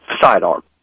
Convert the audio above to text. sidearm